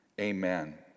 Amen